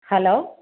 hello